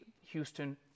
Houston